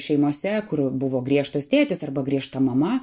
šeimose kur buvo griežtas tėtis arba griežta mama